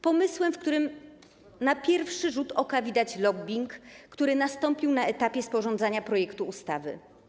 Pomysłem, w którym na pierwszy rzut oka widać lobbing, który nastąpił na etapie sporządzania projektu ustawy.